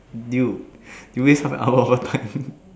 dude you waste half an hour of our time